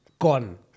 Gone